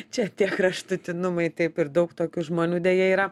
čia tie kraštutinumai taip ir daug tokių žmonių deja yra